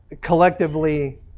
collectively